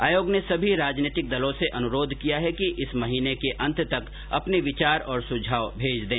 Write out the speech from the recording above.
आयोग ने सभी राजनीतिक दलों से अनुरोध किया है कि इस महीने के अंत तक अपने विचार और सुझाव भेज दें